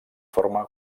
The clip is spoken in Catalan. forma